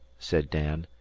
said dan,